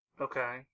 Okay